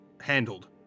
handled